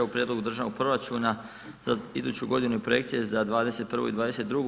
U prijedlogu državnog proračuna za iduću godinu i projekcije za 2021. i 2022.